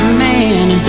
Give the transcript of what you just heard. man